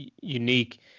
unique